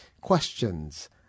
Questions